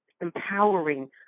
empowering